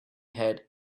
had